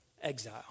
Exile